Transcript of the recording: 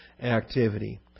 activity